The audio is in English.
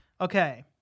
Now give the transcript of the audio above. Okay